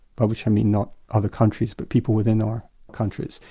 by which i mean not other countries but people within our countries.